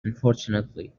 unfortunately